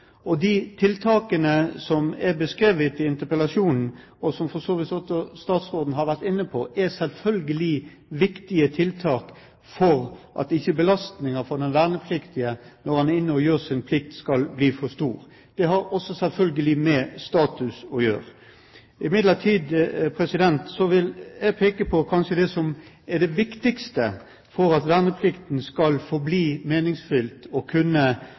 De tiltakene som er beskrevet i interpellasjonen, og som for så vidt også statsråden har vært inne på, er selvfølgelig viktige tiltak for at ikke belastningen for den vernepliktige når han er inne og gjør sin plikt, skal bli for stor. Det har også selvfølgelig med status å gjøre. Imidlertid vil jeg peke på det som kanskje er det viktigste for at verneplikten skal forbli meningsfylt og